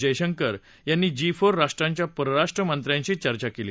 जयशंकर यांनी G four राष्ट्रांच्या परराष्ट्र मंत्र्यांशी चर्चा केली